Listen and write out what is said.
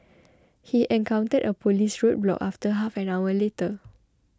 he encountered a police roadblock about half an hour later